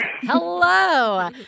Hello